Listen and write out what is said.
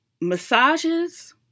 massages